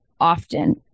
often